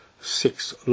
Six